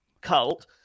cult